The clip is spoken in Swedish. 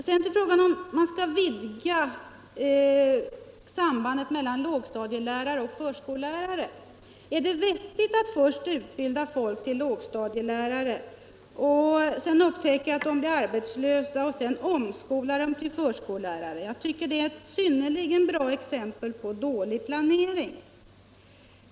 Sedan till frågan om huruvida man skall utvidga sambandet mellan lågstadielärare och förskollärare. Är det vettigt att först utbilda folk till lågstadielärare för att sedan upptäcka att de blir arbetslösa och därefter behöva omskola dem till förskollärare? Jag tycker detta är ett belysande exempel på dålig planering!